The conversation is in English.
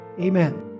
Amen